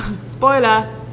spoiler